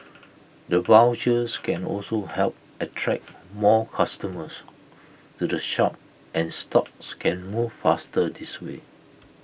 the vouchers can also help attract more customers to the shop and stocks can move faster this way